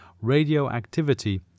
radioactivity